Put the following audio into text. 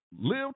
live